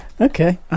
Okay